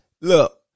Look